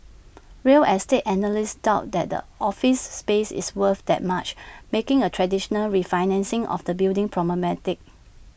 real estate analysts doubt that the office space is worth that much making A traditional refinancing of the building problematic